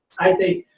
i think,